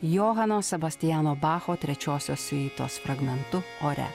johano sebastiano bacho trečiosios siuitos fragmentu ore